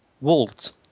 Walt